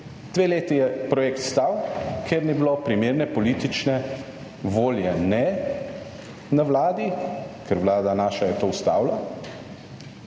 Dve leti je projekt stal, ker ni bilo primerne politične volje ne na Vladi, ker Vlada naša je to ustavila,